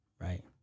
right